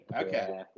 Okay